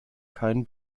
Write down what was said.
kein